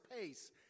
pace